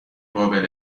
قابل